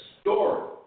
story